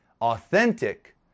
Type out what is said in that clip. Authentic